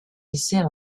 essais